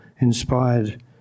inspired